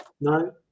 No